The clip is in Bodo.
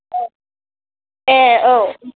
अ ए औ